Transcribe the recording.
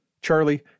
Charlie